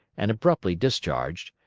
and abruptly discharged,